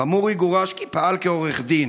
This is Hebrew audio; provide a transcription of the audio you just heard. חמורי גורש כי פעל כעורך דין,